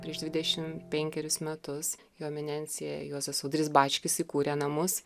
prieš dvidešimt penkerius metus jo eminencija juozas audrys bačkis įkūrė namus